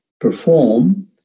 perform